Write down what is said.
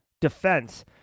defense